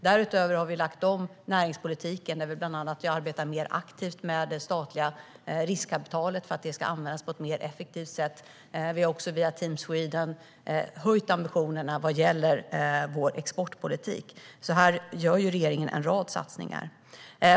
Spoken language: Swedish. Därutöver har vi lagt om näringspolitiken - bland annat arbetar vi mer aktivt med det statliga riskkapitalet för att det ska användas på ett mer effektivt sätt. Vi har också via Team Sweden höjt ambitionerna vad gäller vår exportpolitik. Även här gör alltså regeringen en rad satsningar.